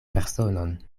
personon